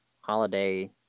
holiday